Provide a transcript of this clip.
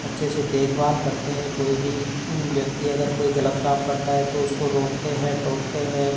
अच्छे से देखभाल करते हैं कोई भी व्यक्ति अगर कोई गलत काम करता है तो उसको रोकते हैं टोकते हैं